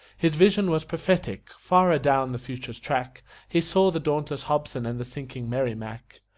his vision was prophetic far adown the future's track he saw the dauntless hobson and the sinking merrimac.